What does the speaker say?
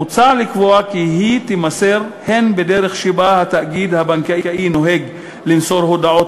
מוצע לקבוע כי היא תימסר הן בדרך שבה התאגיד הבנקאי נוהג למסור הודעות